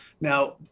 Now